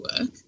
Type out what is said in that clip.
work